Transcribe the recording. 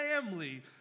family